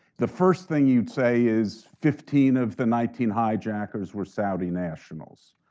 the first thing you'd say is fifteen of the nineteen hijackers were saudi nationals.